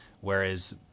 Whereas